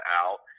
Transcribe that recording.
out